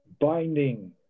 binding